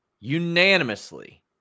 unanimously